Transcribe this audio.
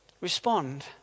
respond